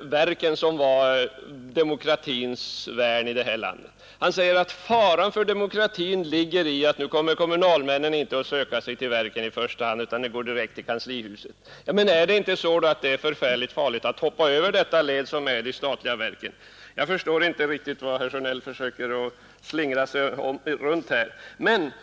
verken som var demokratins värn i det här landet. Han säger att faran för demokratin ligger i att nu kommer kommunalmännen inte att söka sig till verken i första hand, utan de går direkt till kanslihuset. Ja, men är det inte väldigt farligt att hoppa över det led som de statliga verken utgör. Jag förstår inte riktigt vad det är som herr Sjönell försöker slingra sig runt här.